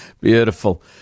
Beautiful